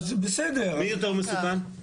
מי יותר מסוכן?